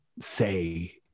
say